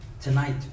tonight